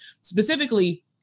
specifically